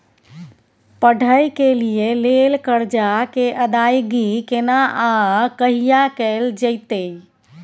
पढै के लिए लेल कर्जा के अदायगी केना आ कहिया कैल जेतै?